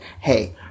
Hey